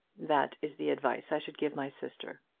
that is the advice i should give my sister